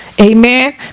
Amen